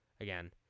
again